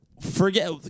Forget